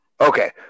Okay